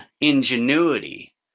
ingenuity